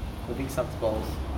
COVID sucks balls